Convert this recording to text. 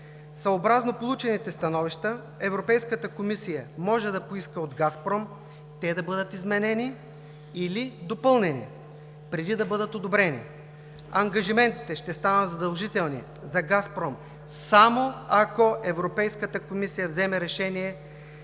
Съобразно получените становища Европейската комисия може да поиска от „Газпром“ те да бъдат изменени или допълнени, преди да бъдат одобрени. Ангажиментите ще станат задължителни за „Газпром“ само ако Европейската комисия вземе решение,